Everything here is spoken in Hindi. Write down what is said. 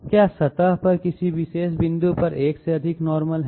क्या सतह पर किसी विशेष बिंदु पर एक से अधिक नॉर्मल हैं